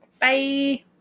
Bye